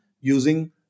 using